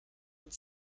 und